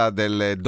delle